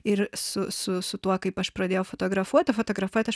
ir su su su tuo kaip aš pradėjau fotografuoti fotografuoti aš